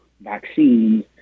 vaccines